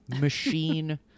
machine